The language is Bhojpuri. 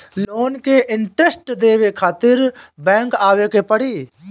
लोन के इन्टरेस्ट देवे खातिर बैंक आवे के पड़ी?